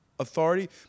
Authority